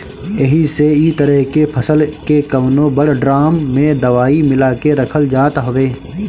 एही से इ तरह के फसल के कवनो बड़ ड्राम में दवाई मिला के रखल जात हवे